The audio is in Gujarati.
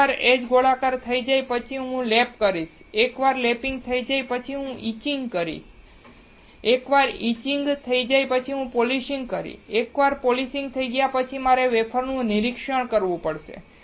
એકવાર એજ ગોળાકાર થઈ જાય પછી હું લેપિંગ કરીશ એક વાર લેપિંગ થઈ જાય પછી હું ઈચિંગ કરીશ એકવાર ઈચિંગ થઈ જાય પછી હું પોલિશિંગ કરીશ એકવાર પોલિશિંગ થઈ ગયા પછી મારે વેફરનું નિરીક્ષણ કરવું પડશે